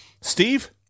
Steve